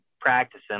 practicing